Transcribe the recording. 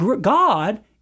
God